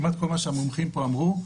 וכמעט כל מה שהמומחים אמרו פה,